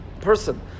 Person